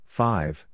five